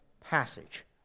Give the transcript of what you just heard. passage